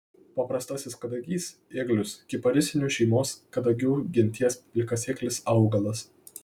paprastasis kadagys ėglius kiparisinių šeimos kadagių genties plikasėklis augalas